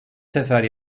sefer